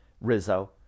Rizzo